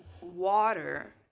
water